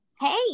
Hey